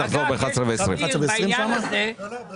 אבל איפה העמותה?